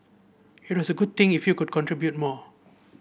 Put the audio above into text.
it was a good thing if you could contribute more